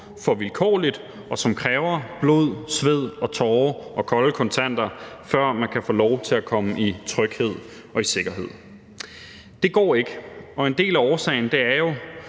for vilkårligt, og som kræver blod, sved og tårer og kolde kontanter, før man kan få lov til at komme i tryghed og i sikkerhed. Det går ikke, og en del af årsagen er jo